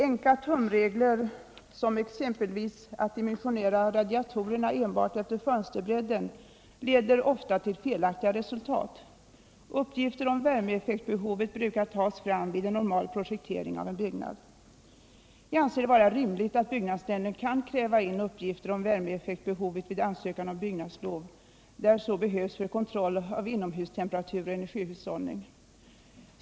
Enkla tumregler, som exempelvis att dimensionera radiatorerna enbart efter fönsterbredden, leder ofta till felaktiga resultat. Uppgifter om värmeeffektbehovet brukar tas fram vid en normal projektering av en byggnad. Jag anser det vara rimligt att byggnadsnämnden kan kräva in uppgifter om värmeeffektbehovet vid ansökan om ombyggnadslov, där så behövs för kontroll av inomhustemperatur och energihushållning.